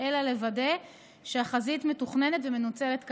אלא לוודא שהחזית מתוכננת ומנוצלת כהלכה.